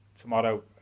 tomorrow